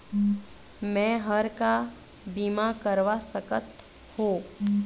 मैं हर का बीमा करवा सकत हो?